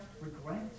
regret